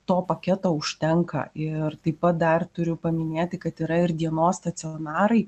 to paketo užtenka ir taip pat dar turiu paminėti kad yra ir dienos stacionarai